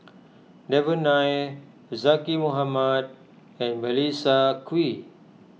Devan Nair Zaqy Mohamad and Melissa Kwee